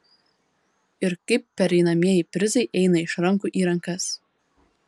ir kaip pereinamieji prizai eina iš rankų į rankas